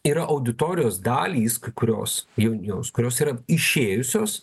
yra auditorijos dalys kai kurios jos kurios yra išėjusios